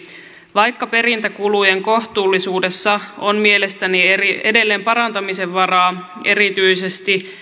vaikka perintäkulujen kohtuullisuudessa on mielestäni edelleen parantamisen varaa erityisesti